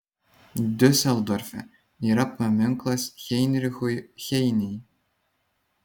diuseldorfe yra paminklas heinrichui heinei